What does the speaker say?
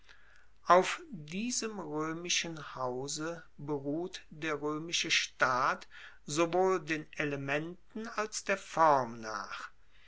auf diesem roemischen hause beruht der roemische staat sowohl den elementen als der form nach